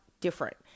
different